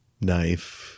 knife